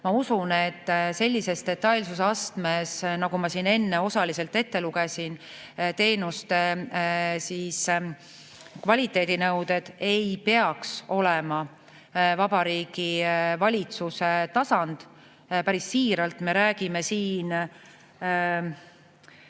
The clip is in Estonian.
Ma usun, et sellise detailsusastmega, nagu ma siin enne osaliselt ette lugesin, teenuste kvaliteedinõuded ei peaks olema Vabariigi Valitsuse tasand. Päris siiralt. Me räägime siin